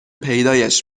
پیداش